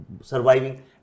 surviving